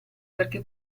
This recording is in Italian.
perché